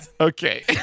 Okay